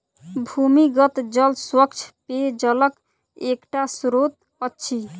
भूमिगत जल स्वच्छ पेयजलक एकटा स्त्रोत अछि